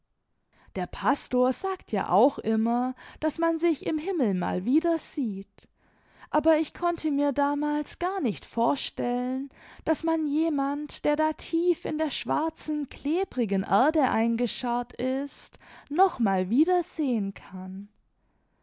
der pastor sagt ja auch immer daß man sich im himmel mal wiedersieht aber ich konnte mir damals gar nicht vorstellen daß man jemand der da tief in der schwarzen klebrigen erde eingescharrt ist noch mal wiedersehen kann